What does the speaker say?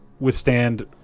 Withstand